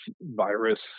virus